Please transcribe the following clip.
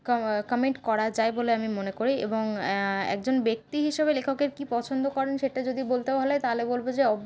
comment করা যায় বলে আমি মনে করি এবং একজন ব্যক্তি হিসেবে লেখকের কী পছন্দ করেন সেটা যদি বলতে বলা হয় তাহলে বলবো যে